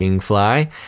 fly